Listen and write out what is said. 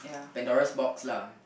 Pandora's box lah